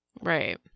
Right